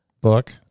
book